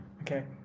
Okay